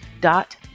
dot